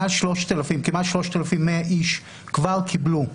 כמעט 3,100 איש כבר קיבלו,